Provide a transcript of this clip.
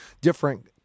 different